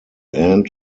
end